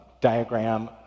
diagram